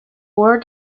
ward